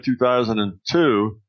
2002